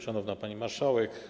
Szanowna Pani Marszałek!